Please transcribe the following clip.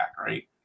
right